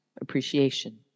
appreciation